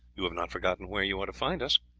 you have not forgotten where you are to find us.